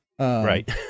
Right